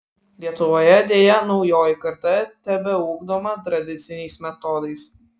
lietuvoje deja naujoji karta tebeugdoma tradiciniais metodais